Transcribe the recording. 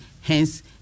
hence